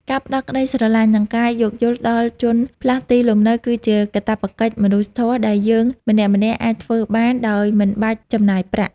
ការផ្តល់ក្តីស្រឡាញ់ និងការយោគយល់ដល់ជនផ្លាស់ទីលំនៅគឺជាកាតព្វកិច្ចមនុស្សធម៌ដែលយើងម្នាក់ៗអាចធ្វើបានដោយមិនបាច់ចំណាយប្រាក់។